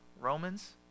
Romans